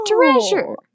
Treasure